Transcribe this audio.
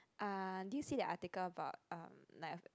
uh do you see the article about um like